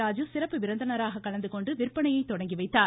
ராஜீ சிறப்பு விருந்தினராக கலந்துகொண்டு விற்பனையை தொடங்கிவைத்தார்